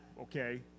okay